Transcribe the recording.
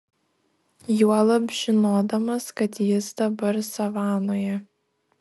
juolab žinodamas kad jis dabar savanoje